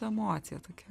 emocija tokia